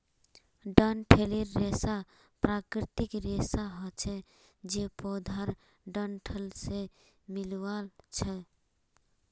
डंठलेर रेशा प्राकृतिक रेशा हछे जे पौधार डंठल से मिल्आ छअ